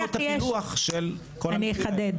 אני אחדד.